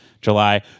July